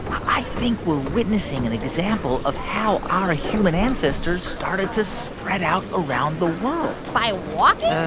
i think we're witnessing an example of how our human ancestors started to spread out around the world by walking? ah